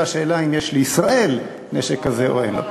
השאלה אם יש לישראל נשק כזה או אין לה.